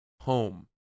home